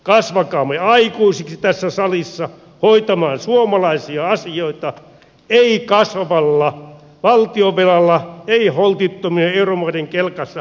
kasvakaamme aikuisiksi tässä salissa hoitamaan suomalaisia asioita ei kasvavalla valtionvelalla ei holtittomien euromaiden kelkassa roikkumalla